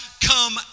come